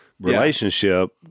relationship